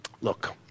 look